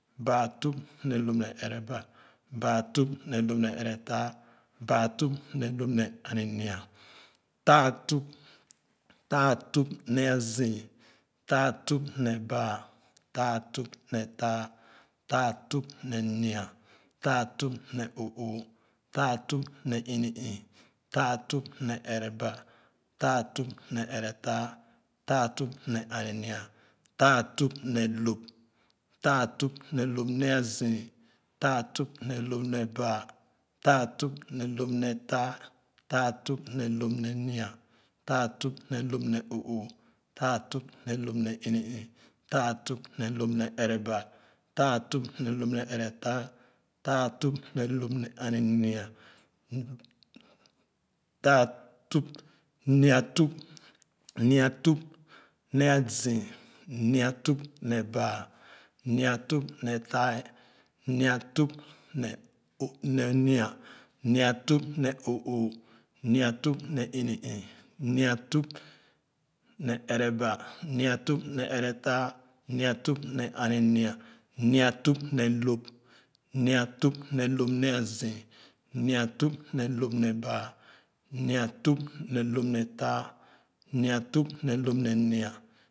Baa tup ne w̃p ne ereba, baa tup ne w̃p ne eretaa, baa tup ne w̃p ne eretaa, baa tup ne w̃p ne anu nua, taa tup ne taa, taa tup ne nua, taa tup ne o'oo taa tup ne ini-ii, taa tup ne eteba, taa tup ne eretaa taa tup ne ani-nua, taatup ne w̃p, taa tup ne w̃p ne azii, taa tup ne w̃p ne baa, taatue ne w̃p ne azii, taa tup ne w̃p ne taa, taatup ne w̃p ne ne nua, taatup ne w̃p ne o'oo, taatup ne w̃p ne ini-ii taa tup ne w̃p ne ereba, taatup ne w̃p ne eretaa, taa tup ne, w̃p ne ani-nua, taa tup, nia tup, nua wp ne azii, nua tup ne ba, nua tup ne taa, nua tup ne o ne nua, nua tup ne o'oo, nuatup ne ini-ii, nua tup ne ereba, nua tup ne eretaa, nua tupne ani-nii nua tup ne w̃p, nuatup ne w̃p ne a zii, nuatup ne w̃p ne baa, nia tup ne w̃p ne taa, nua tup ne w̃p ne nua.